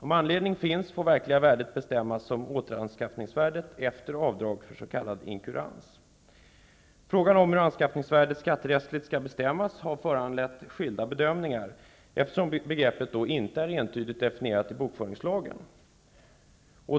Om anledning finns får det verkliga värdet bestämmas som återanskaffningsvärdet efter avdrag för inkurans. Frågan om hur anskaffningsvärdet skatterättsligt skall bestämmas har föranlett skilda bedömningar, eftersom begreppet inte är entydigt definierat i bokföringslagen.